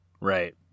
Right